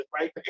right